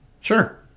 Sure